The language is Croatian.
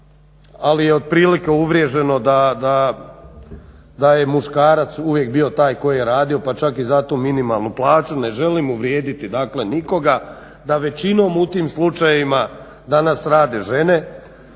ali je otprilike uvriježeno da je muškarac uvijek bio taj koji je radio pa čak i za tu minimalnu plaću. Ne želim uvrijediti, dakle nikoga, da većinom u tim slučajevima danas rade žene